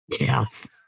Yes